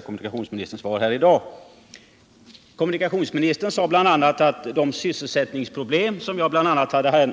Kommunikationsministern sade bl.a. att man inte kunde åberopa de sysselsättningsproblem som jag hade